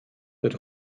wird